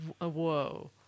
whoa